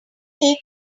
take